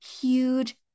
huge